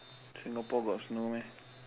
Singapore got snow meh